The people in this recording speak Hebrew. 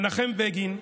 מנחם בגין,